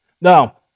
Now